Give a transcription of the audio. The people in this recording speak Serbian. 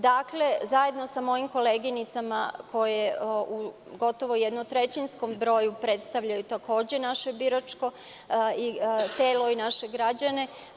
Dakle, zajedno sa mojim koleginicama koje u gotovo jednotrećinskom broju predstavljaju takođe naše biračko telo i naše građane.